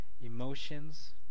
emotions